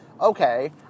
okay